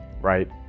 right